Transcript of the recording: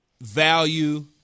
value